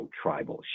tribal